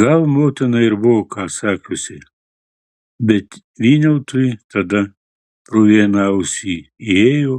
gal motina ir buvo ką sakiusi bet vyniautui tada pro vieną ausį įėjo